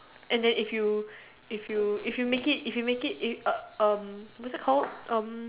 and then if you if you if you make it if you make it it uh um what's it called um